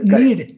need